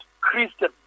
Christian